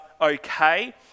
okay